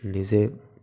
নিজে